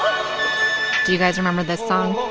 um you guys remember this song?